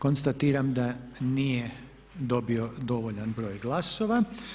Konstatiram da nije dobio dovoljan broj glasova.